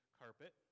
carpet